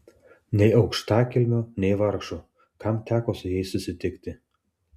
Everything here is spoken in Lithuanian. nei aukštakilmio nei vargšo kam teko su jais susitikti